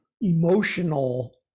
emotional